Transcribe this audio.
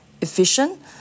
efficient